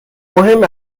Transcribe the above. مهم